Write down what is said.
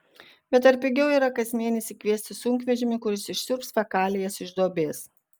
bet ar pigiau yra kas mėnesį kviestis sunkvežimį kuris išsiurbs fekalijas iš duobės